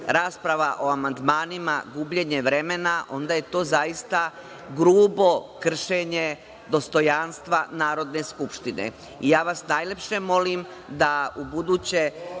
rasprava o amandmanima gubljenje vremena, onda je to zaista grubo kršenje dostojanstva Narodne skupštine. Najlepše vas molim da ubuduće